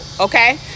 Okay